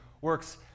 works